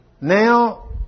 Now